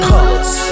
Colors